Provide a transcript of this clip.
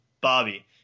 Bobby